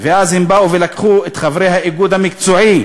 ואז הם לקחו את חברי האיגוד המקצועי,